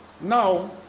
Now